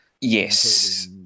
Yes